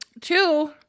two